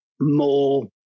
more